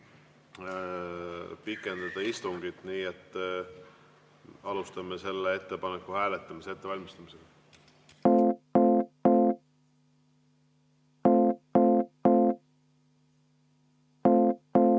pikendada istungit. Nii et alustame selle ettepaneku hääletamise ettevalmistamist.